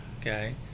Okay